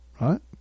right